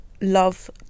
love